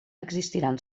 existiran